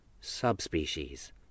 subspecies